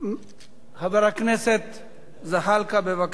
הצעה לסדר-היום מס'